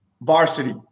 varsity